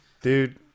Dude